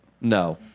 No